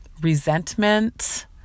resentment